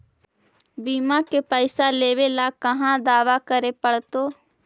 बिमा के पैसा लेबे ल कहा दावा करे पड़तै?